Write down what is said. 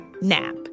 NAP